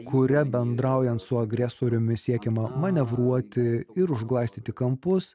kuria bendraujant su agresoriumi siekiama manevruoti ir užglaistyti kampus